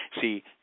See